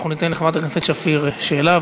אנחנו ניתן לחברת הכנסת שפיר שאלה,